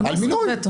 על מינוי.